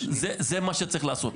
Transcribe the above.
זה מה שצריך לעשות.